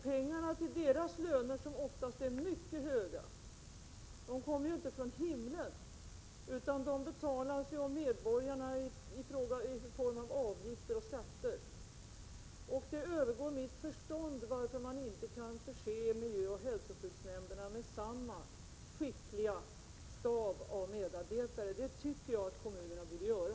Pengarna till deras löner, som oftast är mycket höga, kommer ju inte från himlen, utan de betalas av medborgarna i form av avgifter och skatter. Det övergår mitt förstånd varför man inte kan förse miljöoch hälsoskyddsnämnderna med samma skickliga stab av medarbetare. Det tycker jag att kommunerna borde göra.